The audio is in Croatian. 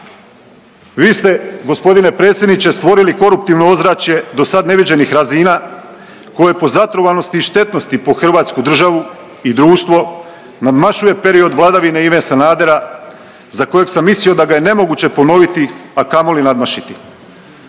Vi ste gospodine predsjedniče stvorili koruptivno ozračje do sad neviđenih razina koje po zatrovanosti i štetnosti po Hrvatsku državu i društvo nadmašuje period vladavine Ive Sanadera za kojeg sam mislio da ga je nemoguće ponoviti, a kamoli nadmašiti.